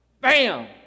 bam